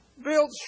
built